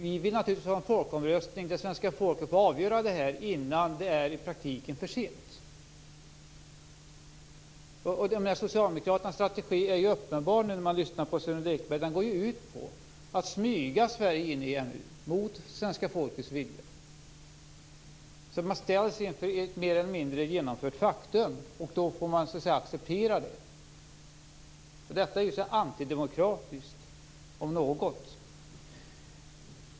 Vi vill naturligtvis ha en folkomröstning där svenska folket får avgöra det här innan det i praktiken är för sent. Socialdemokraternas strategi är ju uppenbar när man lyssnar på Sören Lekberg. Den går ut på att smyga in Sverige i EMU, mot svenska folkets vilja. Man ställs mer eller mindre inför ett faktum, och då får man acceptera det. Detta om något är antidemokratiskt.